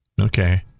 okay